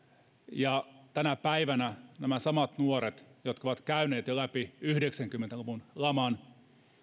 ja tänä päivänä nämä samat nuoret jotka ovat käyneet jo läpi yhdeksänkymmentä luvun laman